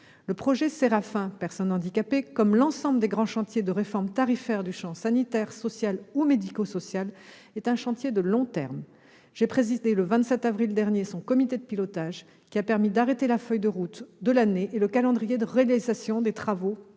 Le projet SERAFIN-PH, comme l'ensemble des grands chantiers de réforme tarifaire du champ sanitaire, social ou médico-social, est un chantier de long terme. J'ai présidé, le 27 avril dernier, son comité de pilotage, qui a permis d'arrêter la feuille de route de l'année et le calendrier de réalisation des différents